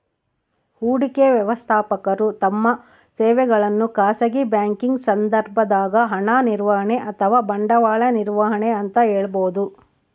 ಹೂಡಿಕೆ ವ್ಯವಸ್ಥಾಪಕರು ತಮ್ಮ ಸೇವೆಗಳನ್ನು ಖಾಸಗಿ ಬ್ಯಾಂಕಿಂಗ್ ಸಂದರ್ಭದಾಗ ಹಣ ನಿರ್ವಹಣೆ ಅಥವಾ ಬಂಡವಾಳ ನಿರ್ವಹಣೆ ಅಂತ ಹೇಳಬೋದು